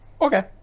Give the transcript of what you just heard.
Okay